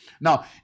Now